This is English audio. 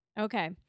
Okay